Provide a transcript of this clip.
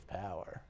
power